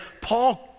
Paul